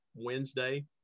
wednesday